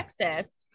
Texas